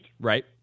Right